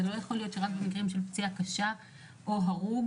זה לא יוכל להיות שרק במקרים של פציעה קשה או הרוג